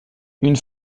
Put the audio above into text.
une